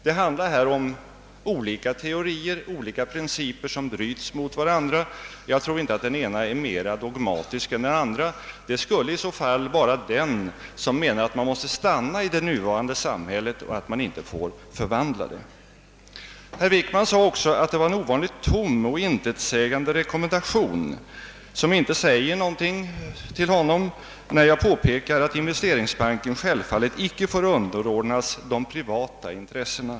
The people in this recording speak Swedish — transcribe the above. Det handlar om olika teorier, olika principer som bryts mot varandra; jag tror inte att den ena är mer dogmatisk än den andra — det skulle i så fall vara den som menar att det nuvarande samhället måste bestå oförändrat och att man inte får förvandla det. Herr Wickman sade också att det var en ovanligt tom och intetsägande rekommendation när jag påpekade att investeringsbanken självfallet inte får underordnas de privata intressena.